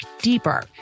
deeper